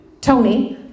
Tony